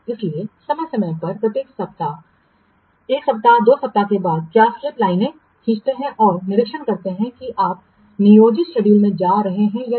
इसलिए समय समय पर प्रत्येक 1 सप्ताह 2 सप्ताह के बाद क्या स्लिप लाइनें खींचते हैं और निरीक्षण करते हैं कि आप नियोजित शेड्यूल में जा रहे हैं या नहीं